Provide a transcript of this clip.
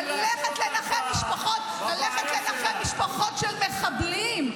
-- ללכת לנחם משפחות של מחבלים,